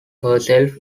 herself